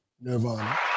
Nirvana